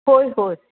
होय होय